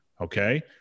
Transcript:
Okay